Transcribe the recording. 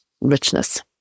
richness